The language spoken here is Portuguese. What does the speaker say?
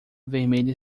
vermelha